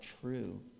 true